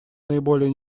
наиболее